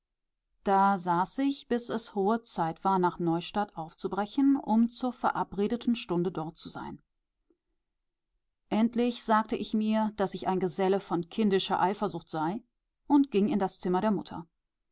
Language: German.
da saß ich bis es hohe zeit war nach neustadt aufzubrechen um zur verabredeten stunde dort zu sein endlich sagte ich mir daß ich ein geselle von kindischer eifersucht sei und ging in das zimmer der mutter